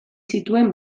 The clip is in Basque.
zituen